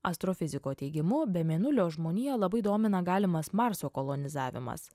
astrofiziko teigimu be mėnulio žmoniją labai domina galimas marso kolonizavimas